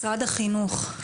משרד החינוך,